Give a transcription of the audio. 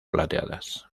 plateadas